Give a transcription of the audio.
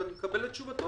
ואני מקבל את תשובתו,